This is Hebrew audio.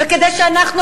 כדי שאנחנו,